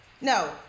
no